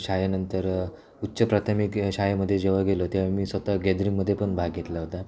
शाळेनंतर उच्च प्राथमिक शाळेमध्ये जेव्हा गेलो तेव्हा मी स्वत गॅदरिंगमध्ये पण भाग घेतला होता